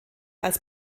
als